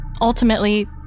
Ultimately